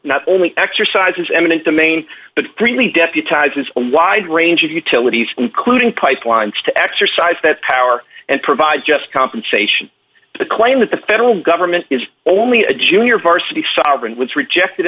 not only exercises eminent domain but really deputized is a wide range of utilities including pipelines to exercise that power and provide just compensation the claim that the federal government is only a junior varsity sovereign was rejected